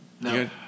No